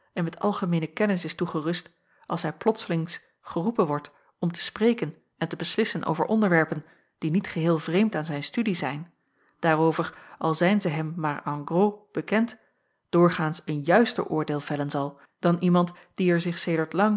en met algemeene kennis is toegerust als hij plotslings geroepen wordt om te spreken en te beslissen over onderwerpen die niet geheel vreemd aan zijn studie zijn daarover al zijn zij hem maar en gros bekend doorgaans een juister oordeel vellen zal dan iemand die er zich sedert lang